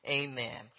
amen